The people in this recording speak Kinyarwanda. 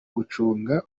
gucunga